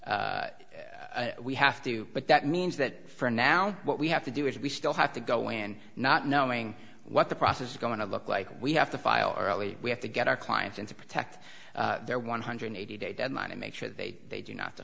have we have to but that means that for now what we have to do is we still have to go in not knowing what the process is going to look like we have to file early we have to get our clients and to protect their one hundred eighty day deadline and make sure that they they do not t